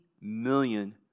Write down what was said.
million